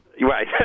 Right